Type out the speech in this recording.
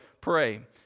pray